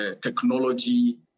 technology